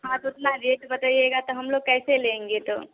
आप उतना रेट बताइएगा तो हम लोग कैसे लेंगे तो